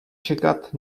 čekat